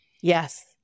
Yes